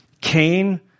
Cain